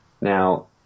Now